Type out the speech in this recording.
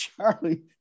Charlie